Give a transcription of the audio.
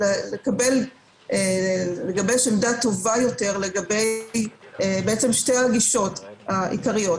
לגבש עמדה טובה יותר לגבי שתי הגישות העיקריות.